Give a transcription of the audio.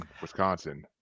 Wisconsin